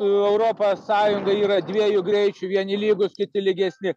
europos sąjunga yra dviejų greičių vieni lygūs kiti lygesni